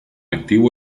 activo